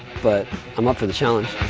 but i'm up for the challenge